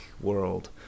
world